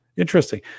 Interesting